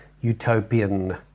utopian